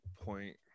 point